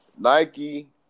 Nike